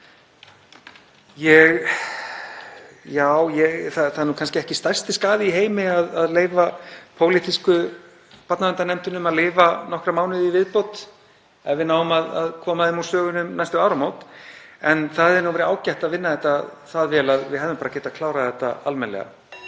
Það er kannski ekki stærsti skaði í heimi að leyfa pólitísku barnaverndarnefndunum að lifa nokkra mánuði í viðbót ef við náum að koma þeim úr sögunni um næstu áramót. En það hefði verið ágætt að vinna þetta það vel að við hefðum bara getað klárað þetta almennilega.